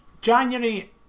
January